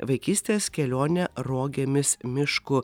vaikystės kelionę rogėmis mišku